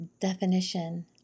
definition